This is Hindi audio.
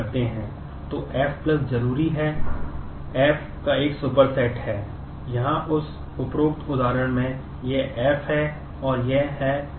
तो F जरूरी F का एक सुपरसेट है यहाँ उस उपरोक्त उदाहरण में यह F है और यह है F